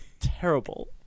Terrible